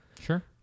Sure